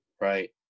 Right